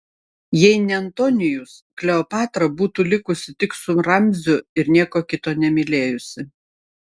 jei ne antonijus kleopatra būtų likusi tik su ramziu ir nieko kito nemylėjusi